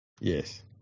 Yes